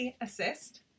Assist